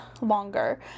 longer